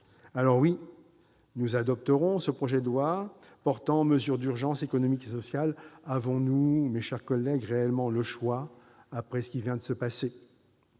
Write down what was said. Alors, oui, nous adopterons ce projet de loi portant mesures d'urgence économiques et sociales. Avons-nous, mes chers collègues, réellement le choix après ce qui vient de se passer ?